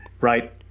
right